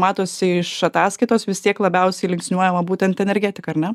matosi iš ataskaitos vis tiek labiausiai linksniuojama būtent energetika ar ne